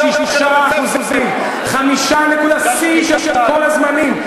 5.6%. שיא של כל הזמנים.